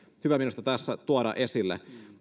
hyvä minusta tässä tuoda esille